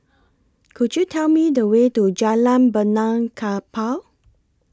Could YOU Tell Me The Way to Jalan Benaan Kapal